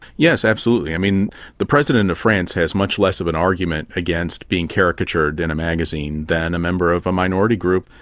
yes, absolutely. the president of france has much less of an argument against being caricatured in a magazine than a member of a minority group,